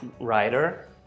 writer